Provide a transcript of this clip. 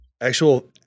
actual